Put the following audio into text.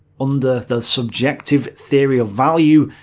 under the subjective theory of value,